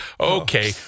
Okay